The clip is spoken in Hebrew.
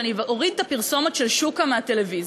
שאני אוריד את הפרסומת של שוקה מהטלוויזיה.